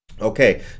Okay